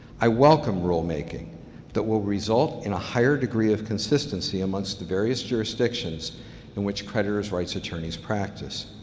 i welcome rulemaking that will result in a higher degree of consistency amongst the various jurisdictions in which creditors' rights attorneys practice,